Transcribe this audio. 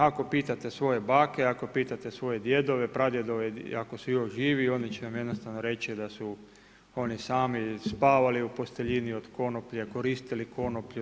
Ako pitate svoje bake, ako pitate svoje djedove, pradjedove ako su još živi, oni će vam jednostavno reći da su oni sami spavali u posteljini od konoplje, koristili konoplju.